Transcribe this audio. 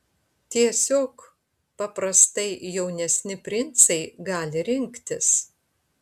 tiesiog paprastai jaunesni princai gali rinktis